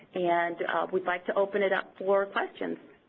and we'd like to open it up for questions.